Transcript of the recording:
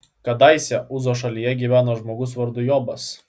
kadaise uzo šalyje gyveno žmogus vardu jobas